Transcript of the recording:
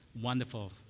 wonderful